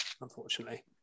unfortunately